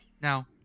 now